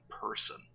person